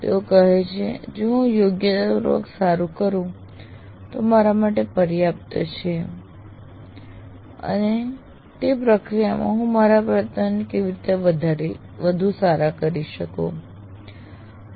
તેઓ કહે છે જો હું યોગ્યતાપૂર્વક સારું કરું તો તે મારા માટે પર્યાપ્ત છે અને તે પ્રક્રિયામાં હું મારા પ્રયત્નોને કેવી રીતે વધુ સારા કરી શકું